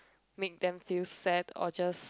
make them feel sad or just